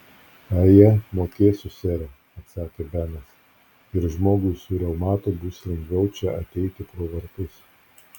aje mokėsiu sere atsakė benas ir žmogui su reumatu bus lengviau čia ateiti pro vartus